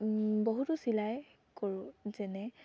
বহুতো চিলাই কৰোঁ যেনে